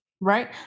Right